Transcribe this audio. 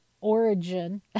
origin